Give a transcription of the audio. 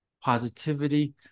positivity